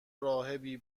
راهبی